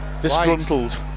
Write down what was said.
disgruntled